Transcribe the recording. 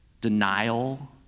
denial